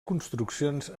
construccions